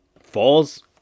falls